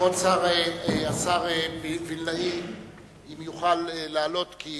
כבוד השר וילנאי יכול לעלות, כי